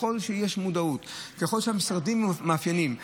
וככל שיש מודעות וככל שהמשרדים מאפיינים,